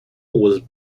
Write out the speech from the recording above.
was